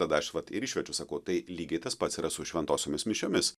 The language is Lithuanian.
tada aš vat ir išvedžiu sakau tai lygiai tas pats yra su šventosiomis mišiomis